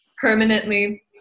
permanently